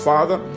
Father